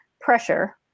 pressure